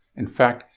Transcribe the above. in fact,